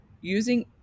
using